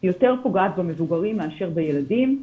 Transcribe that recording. היא פוגעת יותר במבוגרים מאשר בילדים.